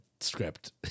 script